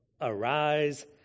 arise